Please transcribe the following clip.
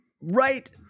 Right